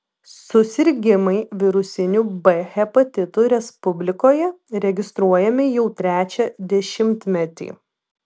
susirgimai virusiniu b hepatitu respublikoje registruojami jau trečią dešimtmetį